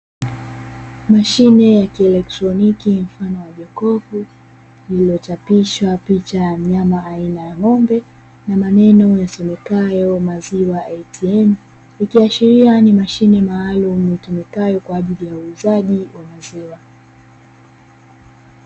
Mashine ya kielektroniki mfano wa jokofu lililochapisha picha ya mnyama aina ya ng’ombe na maneno yasomekayo "maziwa ATM". Ikiashiria ni mashine maalumu itumikayo kwa ajili ya uuzaji wa maziwa.